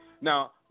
Now